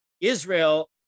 Israel